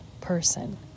person